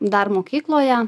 dar mokykloje